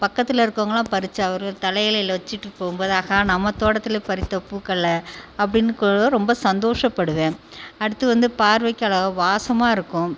பக்கத்தில் இருக்கவங்கல்லாம் பறித்து அவரவர் தலைகளில் வச்சிட்டு போகும்போது ஆகா நம்ப தோட்டத்தில் பறித்த பூக்களை அப்படின்னு கூட ரொம்ப சந்தோஷப்படுவேன் அடுத்து வந்து பார்வைக்கு அழகாக வாசமாக இருக்கும்